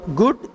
good